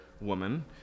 woman